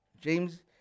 James